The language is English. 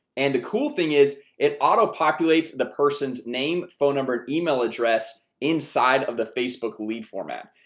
and the cool thing. is it auto populates. the person's name phone number email address? inside of the facebook lead format.